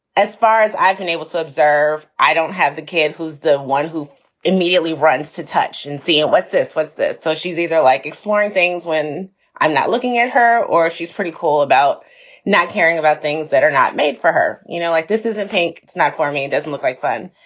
as far as i've been able to observe, observe, i don't have the kid who's the one who immediately runs to touch and see what's this? what's this? so she's either like exploring things when i'm not looking at her or she's pretty cool about not caring about things that are not made for her you know, like this isn't pink. it's not for me. doesn't look like fun.